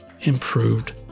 improved